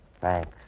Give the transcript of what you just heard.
Thanks